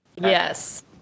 Yes